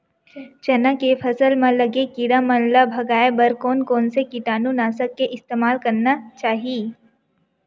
चना के फसल म लगे किड़ा मन ला भगाये बर कोन कोन से कीटानु नाशक के इस्तेमाल करना चाहि?